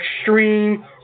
Extreme